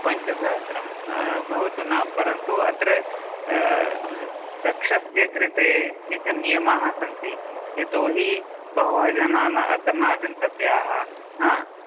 पञ्चसहस्रं भवतु ना परन्तु अत्र कक्षस्य कृते केचन नियमाः सन्ति यतोहि बहवः जनाः अत्र नागन्तव्याः